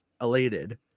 elated